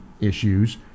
issues